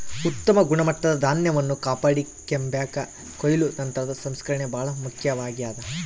ಉತ್ತಮ ಗುಣಮಟ್ಟದ ಧಾನ್ಯವನ್ನು ಕಾಪಾಡಿಕೆಂಬಾಕ ಕೊಯ್ಲು ನಂತರದ ಸಂಸ್ಕರಣೆ ಬಹಳ ಮುಖ್ಯವಾಗ್ಯದ